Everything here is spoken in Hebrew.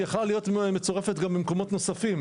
יכולה להיות מצורפת גם במקומות נוספים,